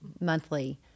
monthly